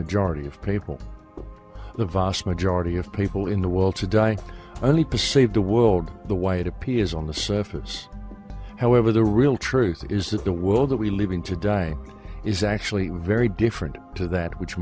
majority of people the vast majority of people in the world today only perceive the world the way it appears on the surface however the real truth is that the world that we live in today is actually very different to that which